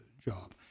job